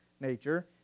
nature